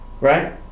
Right